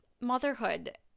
motherhood